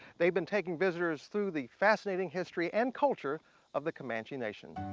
they've been taking visitors through the fascinating history and culture of the comanche nation.